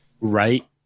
Right